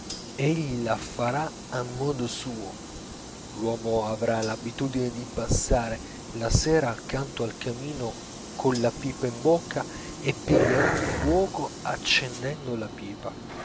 egli la farà a modo suo l'uomo avrà l'abitudine di passare la sera accanto al camino colla pipa in bocca e piglierà fuoco accendendo la pipa